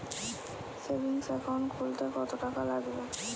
Savings account খুলতে কতটাকা লাগবে?